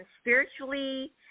spiritually